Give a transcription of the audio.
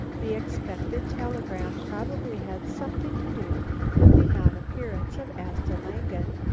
the expected telegram probably had something to do with the non-appearance of asta langen,